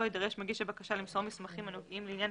לא יידרש מגיש הבקשה למסור מסמכים הנוגעים לעניין